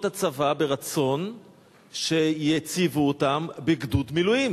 הצבא ברצון שיציבו אותם בגדוד מילואים,